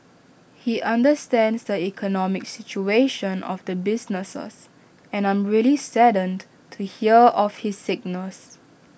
he understands the economic situation of the businesses and I'm really saddened to hear of his sickness